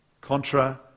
Contra